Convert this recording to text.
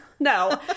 No